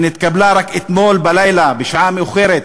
שנתקבלה רק אתמול בלילה בשעה מאוחרת,